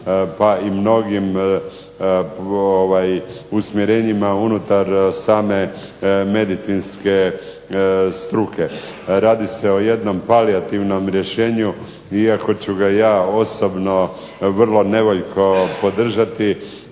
pa i mnogim usmjerenjima unutar same medicinske struke. Radi se o jednom palijativnom rješenju iako ću ga ja osobno vrlo nevoljko podržati.